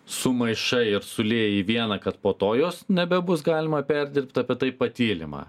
sumaišai ir sulieji į vieną kad po to jos nebebus galima perdirbt apie tai patylima